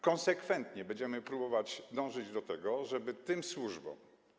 Konsekwentnie będziemy próbowali dążyć do tego, żeby tym służbom.